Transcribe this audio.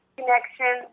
connection